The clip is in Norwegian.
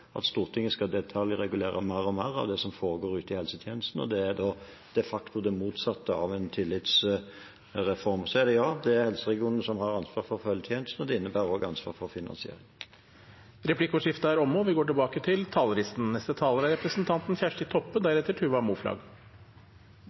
at Stortinget skal detaljregulere mer og mer av det som foregår ute i helsetjenesten. Det er de facto det motsatte av en tillitsreform. Det er helseregionene som har ansvaret for følgetjenesten. Det innebærer også ansvaret for finansieringen. Replikkordskiftet er omme. De talerne som heretter får ordet, har også en taletid på inntil 3 minutter. I denne saka har vi